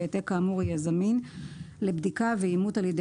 והעתק כאמור יהיה זמין לבדיקה ואימות על ידי